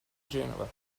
genova